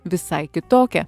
visai kitokia